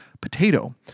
potato